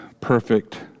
perfect